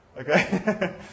Okay